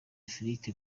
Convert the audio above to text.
philippe